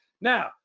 Now